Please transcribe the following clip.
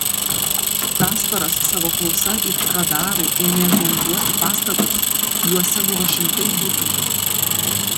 kasparas savo klausa it radaru ėmė zonduoti pastatus juose buvo šimtai butų